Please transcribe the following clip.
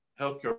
healthcare